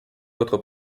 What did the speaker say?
autres